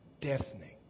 deafening